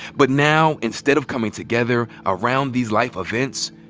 but now, instead of coming together around these life events,